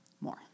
More